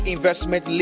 Investment